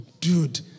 dude